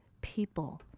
people